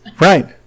Right